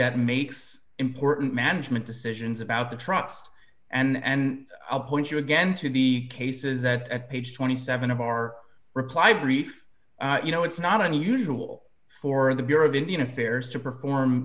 that makes important management decisions about the trust and i'll point you again to the cases that at page twenty seven of our reply brief you know it's not unusual for the bureau of indian affairs to perform